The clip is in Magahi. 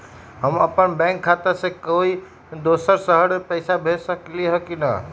हम अपन बैंक खाता से कोई दोसर शहर में पैसा भेज सकली ह की न?